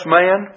man